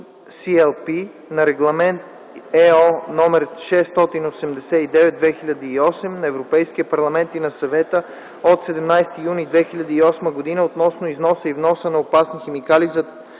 на Регламент (ЕО) № 689/2008 на Европейския парламент и на Съвета от 17 юни 2008 г. относно износа и вноса на опасни химикали, за